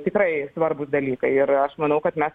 tikrai svarbūs dalykai ir aš manau kad mes